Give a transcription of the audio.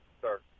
Sir